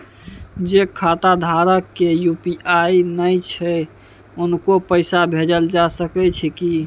जे खाता धारक के यु.पी.आई नय छैन हुनको पैसा भेजल जा सकै छी कि?